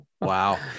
Wow